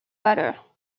battle